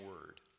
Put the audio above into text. word